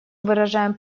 выражаем